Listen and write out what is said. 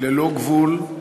ללא גבול,